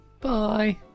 Bye